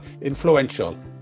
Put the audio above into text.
influential